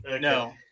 no